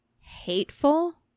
hateful